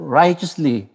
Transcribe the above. righteously